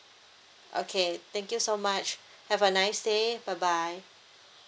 okay thank you so much have a nice day bye bye